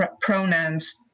pronouns